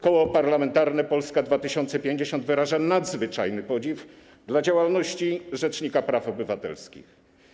Koło Parlamentarne Polska 2050 wyraża nadzwyczajny podziw dla działalności rzecznika praw obywatelskich.